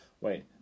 Wait